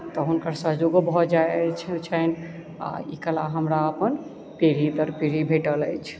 तऽ हुनकर सहयोगो भऽ जाइत छनि आ ई कला हमरा अपन पीढ़ी दर पीढ़ी भेटल अछि